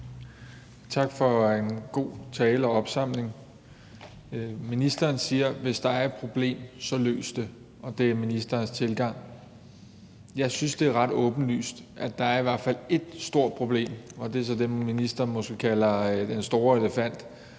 Tak for en god tale og opsamling. Ministeren siger, at hvis der er et problem, så løs det, og det er ministerens tilgang. Jeg synes, det er ret åbenlyst, at der i hvert fald er ét stort problem, og det er måske så det, som ministeren kalder den store elefant,